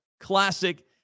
classic